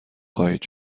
خواهید